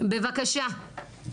פשוט